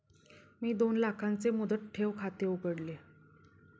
मी दोन लाखांचे मुदत ठेव खाते उघडले